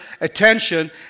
attention